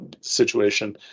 situation